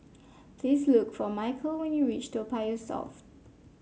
please look for Micheal when you reach Toa Payoh South